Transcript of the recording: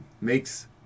Makes